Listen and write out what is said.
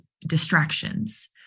distractions